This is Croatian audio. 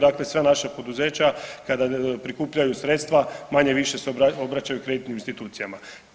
Dakle sva naša poduzeća kada prikupljaju sredstva manje-više se obraćaju kreditnim institucijama.